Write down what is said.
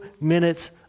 minutes